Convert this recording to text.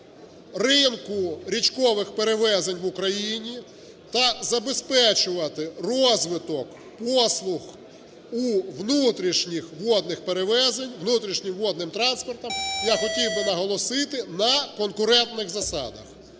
ринку річкових перевезень в Україні та забезпечувати розвиток послуг у внутрішніх водних перевезень внутрішнім водним транспортом, я хотів би наголосити, на конкурентних засадах.